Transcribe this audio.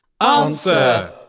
ANSWER